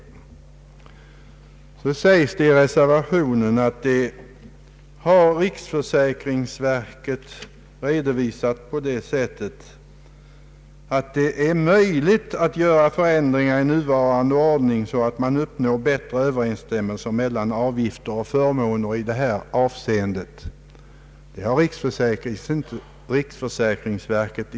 Nu sägs det i reservationen att riksförsäkringsverket redovisat att det är möjligt att göra sådana förändringar i nuvarande ordning att man uppnår bättre överensstämmelse mellan avgifter och förmåner i detta avseende. Det har man inte sagt i riksförsäkringsverket.